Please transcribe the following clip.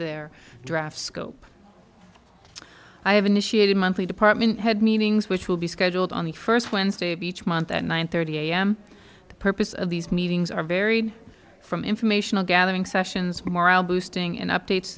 their draft scope i have a monthly department had meetings which will be scheduled on the first wednesday beach month at nine thirty am the purpose of these meetings are varied from informational gathering sessions moral boosting and updates